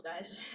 guys